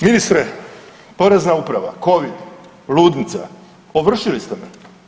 Ministre, porezna uprava, covid, ludnica, ovršili ste me.